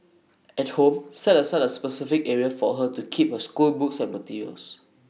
at home set aside A specific area for her to keep her schoolbooks and materials